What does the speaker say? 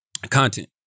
Content